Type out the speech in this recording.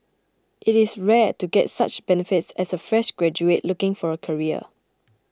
it is rare to get such benefits as a fresh graduate looking for a career